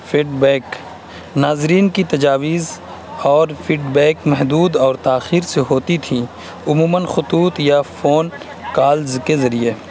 feed back ناظرین کی تجاویز اور فیڈ بیک محدود اور تاخیر سے ہوتی تھی عموماً خطوط یا فون کالس کے ذریعے